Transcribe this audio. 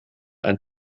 ein